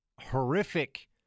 horrific